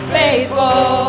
faithful